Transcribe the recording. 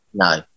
No